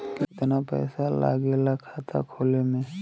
कितना पैसा लागेला खाता खोले में?